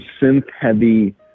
synth-heavy